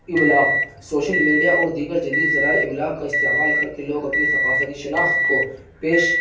ابلاغ social media اور دیگر جدید ذرائع ابلاغ کا استعمال کر کے لوگ اپنے ثقافتی شناخت کو پیش